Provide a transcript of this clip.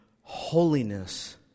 holiness